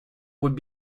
would